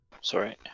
Sorry